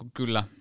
kyllä